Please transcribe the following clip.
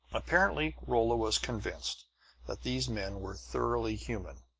apparently rolla was convinced that these men were thoroughly human,